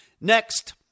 Next